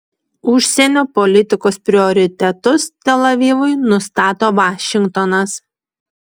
užsienio politikos prioritetus tel avivui nustato vašingtonas